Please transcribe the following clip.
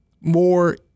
more